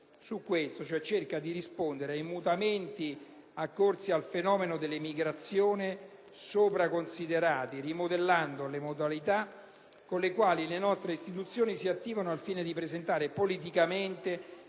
su questo, ossia cerca di rispondere ai mutamenti accorsi al fenomeno dell'immigrazione sopra considerati rimodellando le modalità con le quali le nostre istituzioni si attivano al fine di presentare politicamente